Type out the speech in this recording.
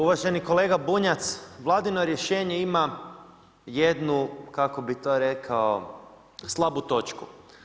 Uvaženi kolega Bunjac, vladino rješenje ima jednu kako bih to rekao slabu točku.